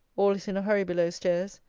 all is in a hurry below-stairs.